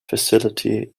facility